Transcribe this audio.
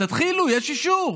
תתחילו, יש אישור.